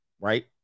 Right